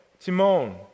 Timon